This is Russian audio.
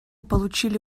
получили